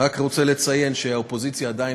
אני רק רוצה לציין שהאופוזיציה עדיין